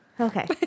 Okay